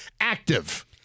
active